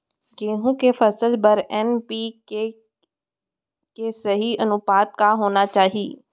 गेहूँ के फसल बर एन.पी.के के सही अनुपात का होना चाही?